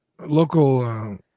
local